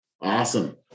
Awesome